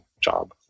job